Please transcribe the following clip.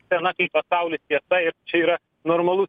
sena kaip pasaulis tiesa ir čia yra normalus